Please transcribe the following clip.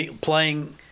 playing –